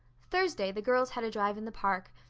thursday the girls had a drive in the park,